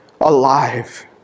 alive